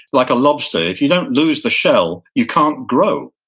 like a lobster. if you don't lose the shell you can't grow.